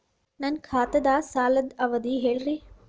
ನನ್ನ ಖಾತಾದ್ದ ಸಾಲದ್ ಅವಧಿ ಹೇಳ್ರಿ